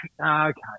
Okay